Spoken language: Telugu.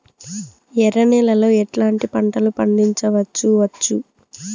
ఎర్ర నేలలో ఎట్లాంటి పంట లు పండించవచ్చు వచ్చు?